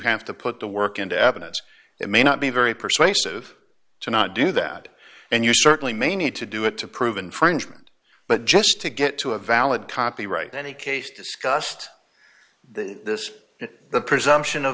have to put the work into evidence it may not be very persuasive to not do that and you certainly may need to do it to prove infringement but just to get to a valid copyright any case discussed this is the presumption of